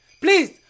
Please